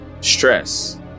stress